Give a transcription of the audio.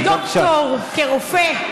טיבי, כדוקטור, כרופא,